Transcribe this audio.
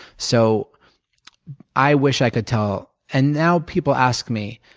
so i wish i could tell, and now people ask me,